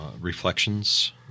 reflections